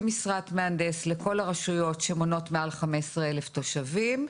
משרת מהנדס לכל הרשויות שמונות מעל לחמש עשרה אלף תושבים.